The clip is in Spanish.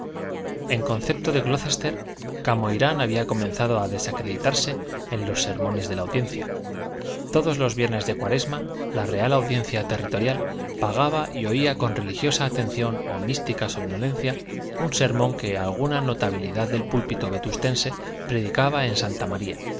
en concepto de glocester camoirán había comenzado a desacreditarse en los sermones de la audiencia todos los viernes de cuaresma la real audiencia territorial pagaba y oía con religiosa atención o mística somnolencia un sermón que alguna notabilidad del púlpito vetustense predicaba en santa maría